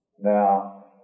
now